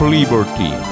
Liberty